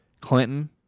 Clinton